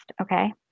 Okay